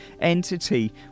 entity